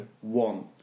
one